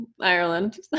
Ireland